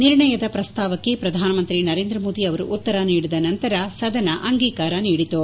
ನಿರ್ಣಯದ ಪ್ರಸ್ತಾವಕ್ಕೆ ಪ್ರಧಾನಮಂತ್ರಿ ನರೇಂದ್ರ ಮೋದಿ ಅವರು ಉತ್ತರ ನೀಡಿದ ನಂತರ ಸದನ ಅಂಗೀಕಾರ ನೀಡಿತು